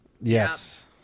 Yes